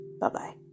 Bye-bye